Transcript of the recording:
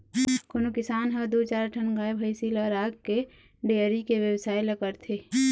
कोनो किसान ह दू चार ठन गाय भइसी ल राखके डेयरी के बेवसाय ल करथे